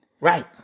Right